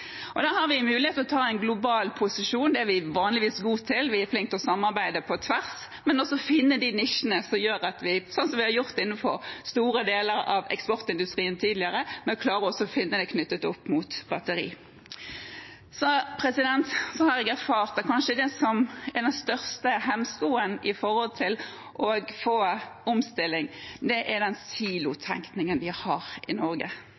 Da har vi en mulighet til å ta en global posisjon – det er vi vanligvis gode til, vi er flinke til å samarbeide på tvers – men vi må også finne de nisjene som gjør at vi klarer å knytte det opp mot batteri, sånn som vi har gjort det innenfor store deler av eksportindustrien tidligere. Så har jeg erfart at kanskje det som er den største hemskoen for å få omstilling, er den silotenkningen vi har i Norge.